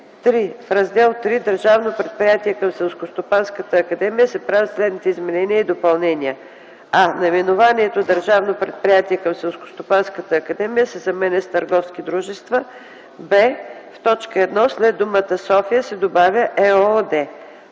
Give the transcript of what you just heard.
В Раздел ІІІ – „Държавно предприятие към Селскостопанската академия”, се правят следните изменения и допълнения: а) наименованието „Държавно предприятие към Селскостопанската академия” се заменя с „Търговски дружества”; б) в т. 1 след думата „София” се добавя „ЕООД”.”